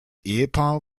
ehepaar